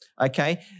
Okay